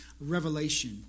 revelation